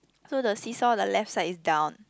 so the seesaw the left side is down